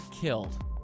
killed